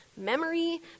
Memory